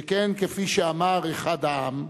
שכן, כפי שאמר אחד העם: